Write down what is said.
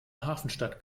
hafenstadt